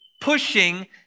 pushing